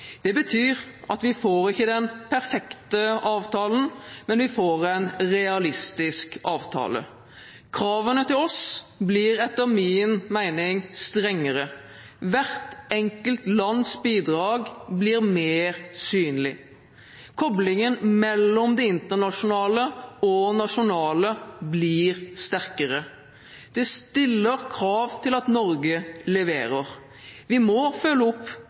Det betyr at vi ikke får den perfekte avtalen, men vi får en realistisk avtale. Kravene til oss blir etter min mening strengere. Hvert enkelt lands bidrag blir mer synlig. Koblingen mellom det internasjonale og nasjonale blir sterkere. Det stiller krav til at Norge leverer. Vi må følge opp